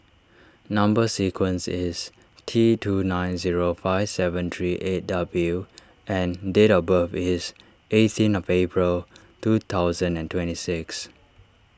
Number Sequence is T two nine zero five seven three eight W and date of birth is eighteen of April two thousand and twenty six